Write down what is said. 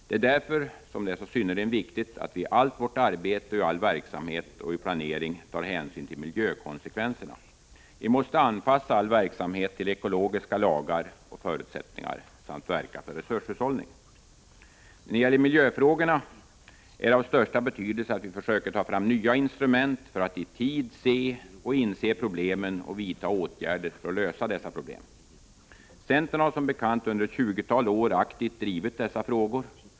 Det är därför det är så synnerligen viktigt att vi i allt vårt arbete och i all verksamhet och i vår planering tar hänsyn till miljökonsekvenserna. Vi måste anpassa all verksamhet till ekologiska lagar och förutsättningar samt verka för resurshushållning. När det gäller miljöfrågorna är det även av största betydelse att vi försöker ta fram nya instrument för att i tid se och inse problemen och vidta åtgärder för att lösa dessa problem. Centern har som bekant under ett tjugotal år aktivt drivit dessa frågor.